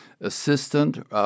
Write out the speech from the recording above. assistant